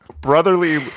brotherly